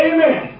Amen